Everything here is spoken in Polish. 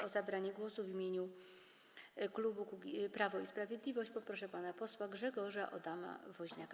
O zabranie głosu w imieniu klubu Prawo i Sprawiedliwość poproszę pana posła Grzegorza Adama Woźniaka.